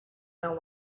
know